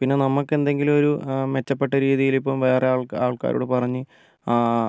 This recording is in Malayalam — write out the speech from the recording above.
പിന്നെ നമുക്ക് എന്തെങ്കിലും ഒരു മെച്ചപ്പെട്ട രീതിയിൽ ഇപ്പം വേറെ ആൾക്കാ ആൾക്കാരോട് പറഞ്ഞ്